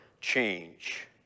change